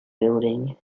building